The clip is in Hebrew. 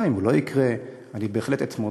גם אם הוא לא יקרה, אני בהחלט אתמודד.